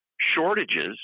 shortages